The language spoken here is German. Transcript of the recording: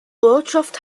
ortschaft